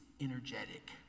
energetic